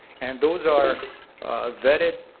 and those are vetted,